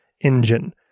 engine